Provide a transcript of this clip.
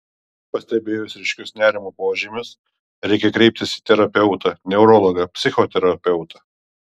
pastebėjus ryškius nerimo požymius reikia kreiptis į terapeutą neurologą psichoterapeutą